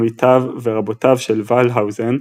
עמיתיו ורבותיו של ולהאוזן,